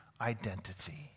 identity